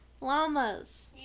Llamas